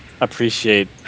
appreciate